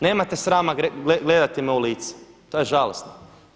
Nemate srama gledati me u lice, to je žalosno.